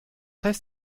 heißt